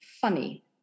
funny